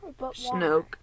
Snoke